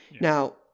Now